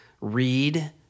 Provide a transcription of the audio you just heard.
read